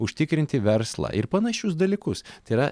užtikrinti verslą ir panašius dalykus tai yra